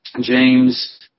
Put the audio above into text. James